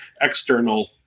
external